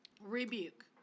rebuke